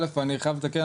אז אני חייב לתקן,